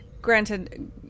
Granted